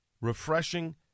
refreshing